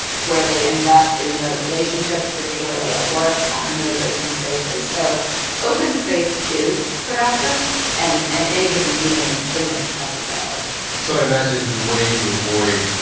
it's where they invest in the relationships, particularly at work in those open spaces. so open space is productive and and any given meeting isn't necessarily so i imagine the way you avoid,